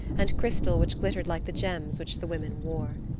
and crystal which glittered like the gems which the women wore.